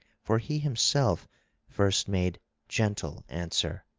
for he himself first made gentle answer